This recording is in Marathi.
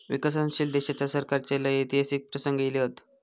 विकसनशील देशाच्या सरकाराचे लय ऐतिहासिक प्रसंग ईले असत